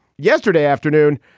yesterday afternoon,